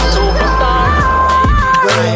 Superstar